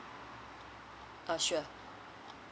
err sure